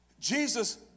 Jesus